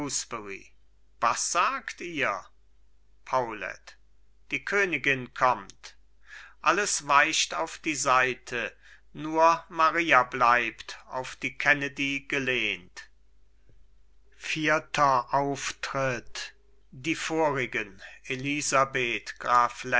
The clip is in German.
was sagt ihr paulet die königin kommt alles weicht auf die seite nur maria bleibt auf die kennedy gelehnt die vorigen elisabeht